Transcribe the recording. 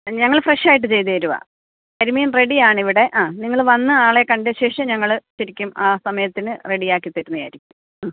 ഞങ്ങള് ഫ്രഷായിട്ട് ചെയ്തുതരികയാണ് കരിമീൻ റെഡിയാണിവിടെ ആ നിങ്ങള് വന്ന് ആളെ കണ്ട ശേഷം ഞങ്ങള് പിടിക്കും ആ സമയത്തിന് റെഡിയാക്കി തരുന്നതായിരിക്കും മ്മ്